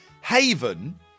haven